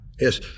Yes